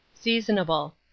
Seasonable